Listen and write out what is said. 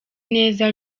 neza